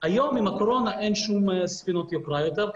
היום עם הקורונה אין שום ספינות יוקרה יותר,